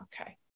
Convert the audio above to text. Okay